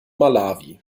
malawi